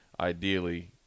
ideally